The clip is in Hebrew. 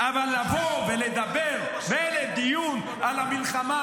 אבל לבוא ולדבר, מילא דיון על המלחמה,